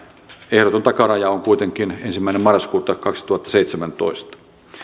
ehdoton takaraja on kuitenkin ensimmäinen marraskuuta kaksituhattaseitsemäntoista